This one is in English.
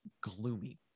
gloomy